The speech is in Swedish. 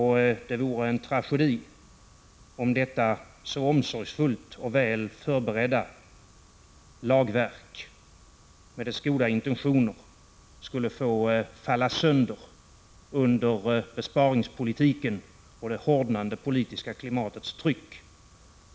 Det vore en tragedi om detta så omsorgsfullt och väl förberedda lagverk, med dess goda intentioner, skulle få falla sönder under besparingspolitiken och det hårdnande politiska klimatets tryck.